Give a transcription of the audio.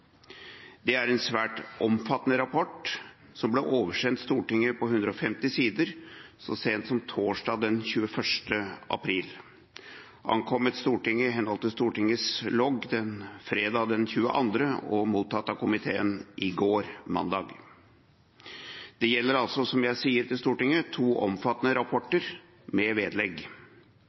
Det er en svært omfattende rapport på 150 sider som ble oversendt Stortinget så sent som torsdag den 21. april, ankommet Stortinget i henhold til Stortingets logg fredag den 22. april og mottatt av komiteen i går, mandag. Det gjelder altså to omfattende rapporter med vedlegg.